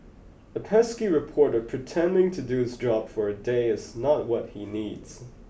a pesky reporter pretending to do his job for a day is not what he needs